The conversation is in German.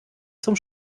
zum